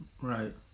Right